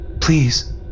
Please